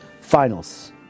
Finals